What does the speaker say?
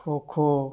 kho kho